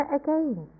again